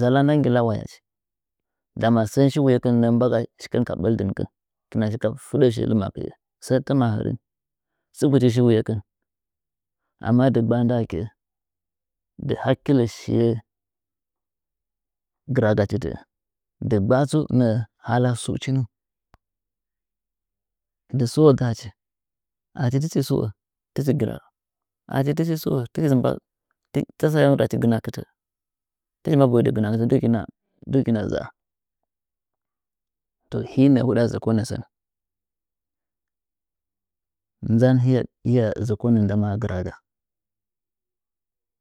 zala nda nggɨlawa waya ndama sɚn shi wuyekɨn nɚɚ mbaga shikɨn ka ɓɚrdɨnkɨn kɨna shi shika fɨɗɚ shi lɨmakɨe sɚh ti ma hɚrih tsɨbgɨchi shi wuyekin amma dɨggba nda akee dɨ hakkile shiye gɨragachi tɚɚ dɨggba tsa sɨuchi ni dɨsto dzachi achi tɨchi stio tɨchi gɨra achi tɨchi sɨo tichi mba tsa ayam tasɚ ayam rachi gɨna kɨtɚ tɨchi mba boidɨ gɨnakɨtɚ dɨgɨkɨna za’a to hi nɚɚ huɗa zokonɚ sɚn nzan hɨya zɚkonɚ ndama gɨraga.